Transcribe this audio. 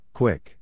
quick